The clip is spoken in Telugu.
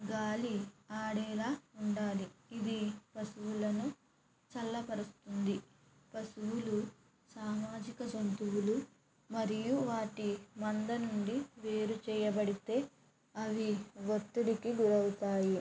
గాలి ఆడేలా ఉండాలి ఇది పశువులను చల్లపరుస్తుంది పశువులు సామాజిక జంతువులు మరియు వాటి మంద నుండి వేరు చేయబడితే అవి ఒత్తిడికి గురి అవుతాయి